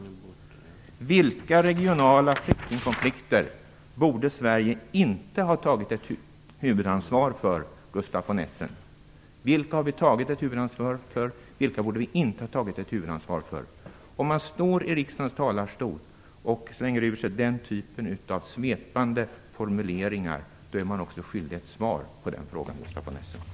För vilka regionala flyktingkonflikter har Sverige tagit huvudansvaret under dessa 15 år? Vilka regionala flyktingkonflikter borde Sverige inte ha tagit ett huvudansvar för, Gustaf von Essen? Om man från riksdagens talarstol slänger ur sig en sådan typ av svepande formuleringar är man också skyldig ett svar på dessa frågor, Gustaf von Essen.